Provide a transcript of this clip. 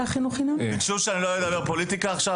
ביקשו שלא אדבר פוליטיקה עכשיו,